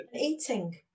Eating